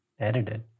edited